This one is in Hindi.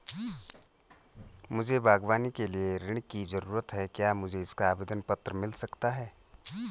मुझे बागवानी के लिए ऋण की ज़रूरत है क्या मुझे इसका आवेदन पत्र मिल सकता है?